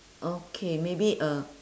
okay maybe uh